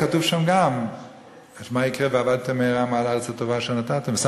כתוב שם גם מה יקרה: "ואבדתם מהרה מעל הארץ הטבה אשר ה' נתן לכם,